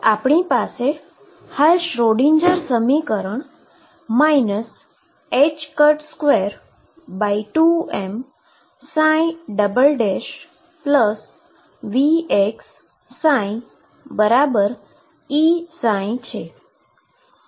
તો આપણી પાસે હાલ શ્રોડિંજર સમીકરણ 22m VxψEψ છે